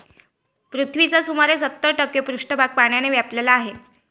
पृथ्वीचा सुमारे सत्तर टक्के पृष्ठभाग पाण्याने व्यापलेला आहे